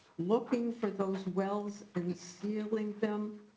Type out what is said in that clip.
looking for those wells and stealing them.